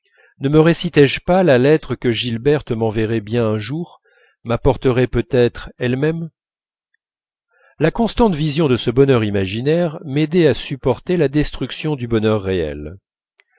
ne me récitais je pas la lettre que gilberte m'enverrait bien un jour m'apporterait peut-être elle-même la constante vision de ce bonheur imaginaire m'aidait à supporter la destruction du bonheur réel